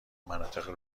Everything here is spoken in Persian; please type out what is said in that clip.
مناطق